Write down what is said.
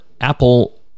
Apple